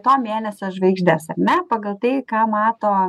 to mėnesio žvaigždes ar ne pagal tai ką mato